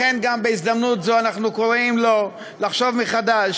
לכן גם בהזדמנות זו אנחנו קוראים לו לחשוב מחדש,